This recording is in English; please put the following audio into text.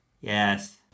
yes